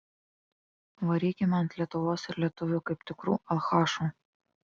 varykime ant lietuvos ir lietuvių kaip tikrų alchašų